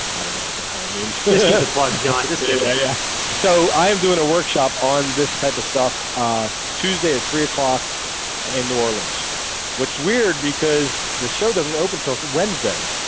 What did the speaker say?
i don't know what the hell it means they said applaud john just yeah, yeah so i am doing a workshop on this type of stuff tuesday at three o'clock in new orleans which weird because the show doesn't open till wednesday,